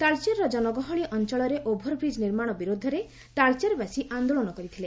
ତାଳଚେରର ଜନଗହଳି ଅଞ୍ଚଳରେ over bridge ନିର୍ମାଣ ବିରୋଧରେ ତାଳଚେରବାସୀ ଆନ୍ନୋଳନ କରିଥିଲେ